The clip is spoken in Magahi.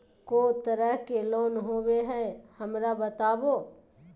को तरह के लोन होवे हय, हमरा बताबो?